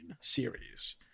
series